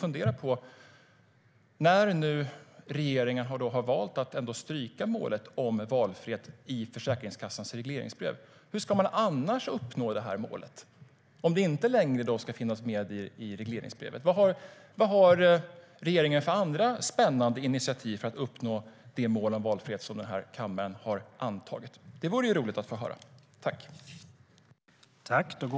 När nu regeringen har valt att stryka målet om valfrihet i Försäkringskassans regleringsbrev, hur ska man då uppnå målet om det inte längre ska finnas med i regleringsbrevet? Det kan man fundera på.